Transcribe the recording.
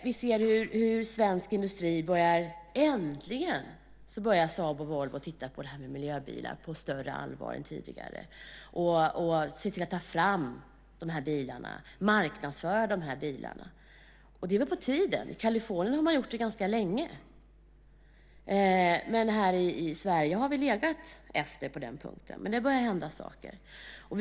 Vi ser i svensk industri hur Saab och Volvo äntligen börjar titta på miljöbilar med större allvar än tidigare. De ser till att ta fram och marknadsföra bilarna. Det är på tiden. I Kalifornien har man gjort det ganska länge, men här i Sverige har vi legat efter på den punkten. Men nu börjar det alltså hända saker.